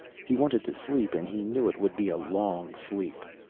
he wanted to sleep and he knew it would be a long sleep.